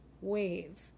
wave